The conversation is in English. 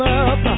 up